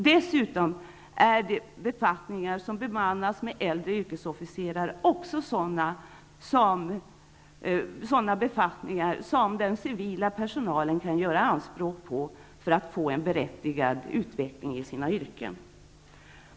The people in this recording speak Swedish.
Dessutom är befattningar som bemannas med äldre yrkesofficerare också sådana befattningar som den civila personalen kan göra anspråk på för att få en berättigad utveckling i sina yrken.